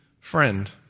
Friend